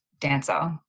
dancer